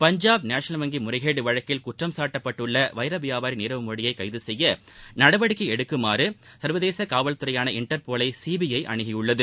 Punjab national வங்கி முறைகேடு வழக்கில் குற்றம் சாட்டப்பட்டுள்ள வைர வியாபாரி நீரவ் மோடியை கைது செய்ய நடவடிக்கை எடுக்குமாறு சர்வதேச காவல்துறையான இன்டர்போலை சிபிஐ அணுகியுள்ளது